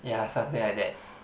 ya something like that